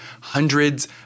hundreds